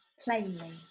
plainly